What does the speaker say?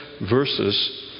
verses